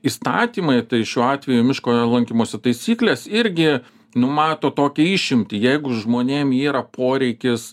įstatymai tai šiuo atveju miško lankymosi taisyklės irgi numato tokią išimtį jeigu žmonėm yra poreikis